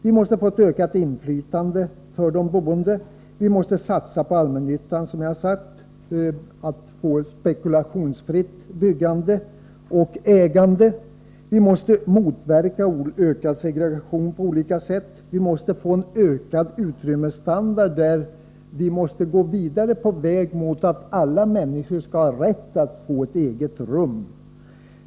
Vi måste få ett ökat inflytande för de boende, vi måste satsa på allmännyttan, vi måste få ett spekulationsfritt byggande och ägande, vi måste motverka ökad segregation på olika sätt, och vi måste få en ökad utrymmesstandard — vi måste gå vidare på vägen för att alla människor skall ha rätt att få ett eget rum.